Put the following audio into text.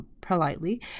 politely